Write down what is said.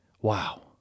wow